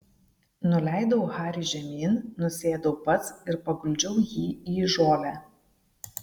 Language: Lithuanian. nuleidau harį žemyn nusėdau pats ir paguldžiau jį į žolę